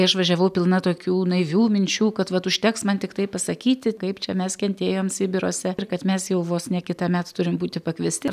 išvažiavau pilna tokių naivių minčių kad vat užteks man tiktai pasakyti kaip čia mes kentėjom sibirose ir kad mes jau vos ne kitąmet turim būti pakviesti